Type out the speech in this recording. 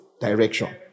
Direction